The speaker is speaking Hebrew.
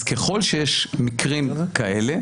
אז ככל שיש מקרים כאלה,